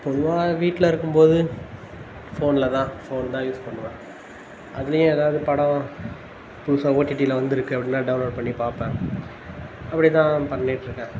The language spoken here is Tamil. பொதுவாக வீட்டில் இருக்கும்போது ஃபோனில் தான் ஃபோன் தான் யூஸ் பண்ணுவேன் அதுலேயும் ஏதாவது படம் புதுசாக ஓடிடியில் வந்துருக்குது அப்படின்னா டவுன்லோட் பண்ணி பார்ப்பேன் அப்படியே தான் பண்ணிகிட்ருக்கேன்